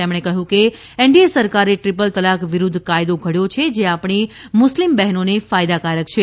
તેમણે કહ્યું કે એનડીએ સરકારે ટ્રીપલ તલાક વિરૂદ્ધ કાયદો ઘડથો છે જે આપણી મુસ્લિમ બહેનોને ફાયદાકારક છે